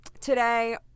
Today